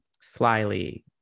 slyly